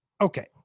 Okay